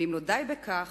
ואם לא די בכך,